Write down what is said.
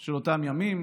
של אותם ימים.